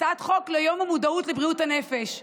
הצעת חוק ליום המודעות לבריאות הנפש.